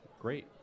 Great